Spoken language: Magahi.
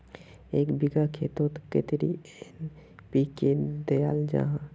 एक बिगहा खेतोत कतेरी एन.पी.के दियाल जहा?